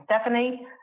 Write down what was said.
Stephanie